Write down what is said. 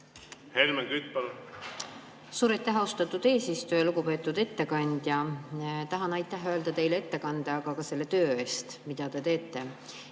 Helmen Kütt, palun! Suur aitäh, austatud eesistuja! Lugupeetud ettekandja! Tahan aitäh öelda teile ettekande, aga ka selle töö eest, mida te teete.